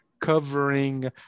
covering